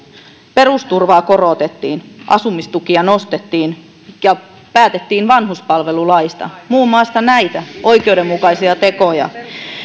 perusturvaa korotettiin asumistukia nostettiin ja päätettiin vanhuspalvelulaista muun muassa näitä oikeudenmukaisia tekoja